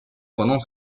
pendant